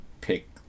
pick